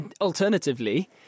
alternatively